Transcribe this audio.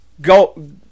go